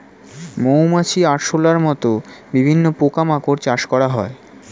মৌমাছি, আরশোলার মত বিভিন্ন পোকা মাকড় চাষ করা হয়